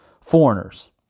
foreigners